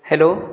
hello